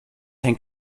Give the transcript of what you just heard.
hängt